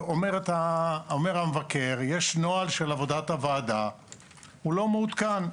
אומר המבקר שנוהל עבודת הוועדה לא מעודכן,